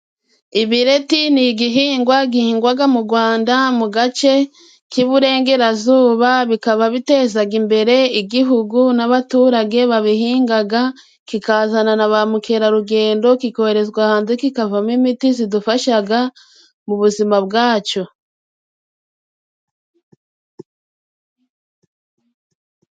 Ibireti ni igihingwa gihingwaga mu Rwanda mu gace k'iburengerazuba, bikaba bitezaga imbere igihugu n'abaturage babihingaga, kikazana na ba mukerarugendo, kikoherezwa hanze kikavamo imiti zidufashaga mu buzima bwacu.